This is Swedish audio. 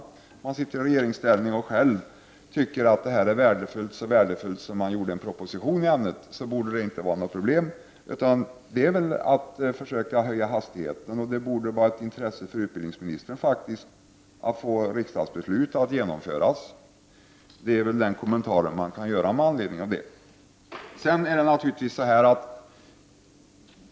Socialdemokraterna sitter i regeringsställning och menar att detta är värdefullt, så värdefullt att regeringen skrev en proposition i frågan. Då borde det inte vara något pro blem. Det som nu gäller är väl att försöka höja hastigheten, och det borde vara av intresse för utbildningsministern att få till stånd ett riksdagsbeslut så att detta kan genomföras. Det är väl den kommentar man kan göra med anledning av situationen.